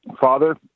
Father